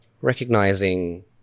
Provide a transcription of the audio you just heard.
Recognizing